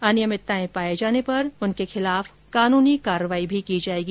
अनियमितताएं पाये जाने पर उनके खिलाफ कानूनी कार्यवाही की जाएगी